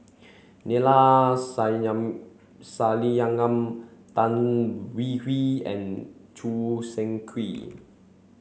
Neila Sathyalingam Tan Hwee Hwee and Choo Seng Quee